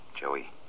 Joey